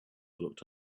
looked